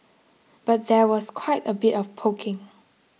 but there was quite a bit of poking